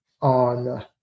on